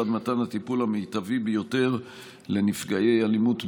מתן הטיפול המיטבי ביותר לנפגעי אלימות מינית.